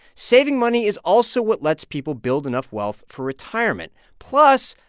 saving money is also what lets people build enough wealth for retirement. plus,